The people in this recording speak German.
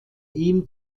ihm